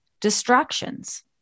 distractions